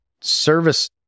Service